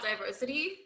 diversity